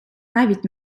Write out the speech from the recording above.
навіть